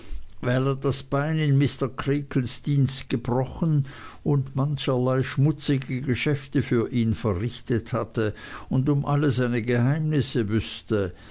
weil er das bein in mr creakles dienst gebrochen und mancherlei schmutzige geschäfte für ihn verrichtet hatte und um alle seine geheimnisse wüßte